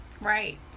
Right